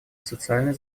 социальной